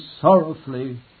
sorrowfully